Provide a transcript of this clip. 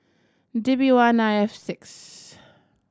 D B one I F six